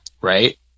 right